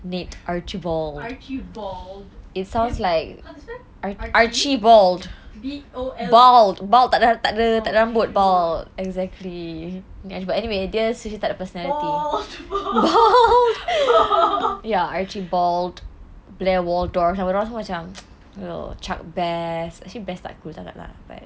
neat archie bald it sounds like archie bald bald bald tak ada tak ada rambut bald exactly yes but anyway dia sendiri tak ada personality bald ya archie bald blair waldorf dia orang semua macam chuck bass actually bass tak cool sangat ya